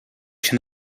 się